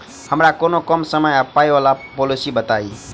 हमरा कोनो कम समय आ पाई वला पोलिसी बताई?